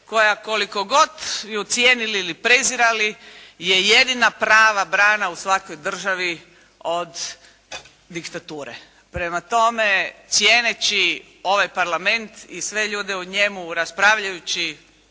koja koliko god ju cijenili ili prezirali je jedina prava brana u svakoj državi od diktature. Prema tome cijeneći ovaj Parlament i sve ljude u njemu, raspravljajući